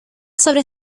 sobre